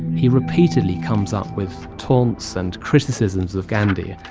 he repeatedly comes up with taunts and criticisms of gandhi.